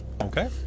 Okay